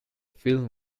film